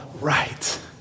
right